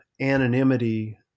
anonymity